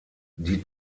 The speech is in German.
die